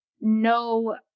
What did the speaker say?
no